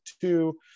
two